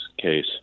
case